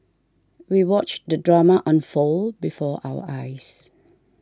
we watched the drama unfold before our eyes